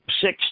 six